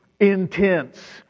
intense